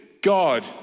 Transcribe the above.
God